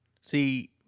See